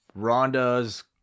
Rhonda's